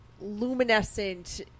luminescent